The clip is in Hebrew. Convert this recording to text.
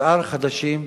מיתאר חדשים,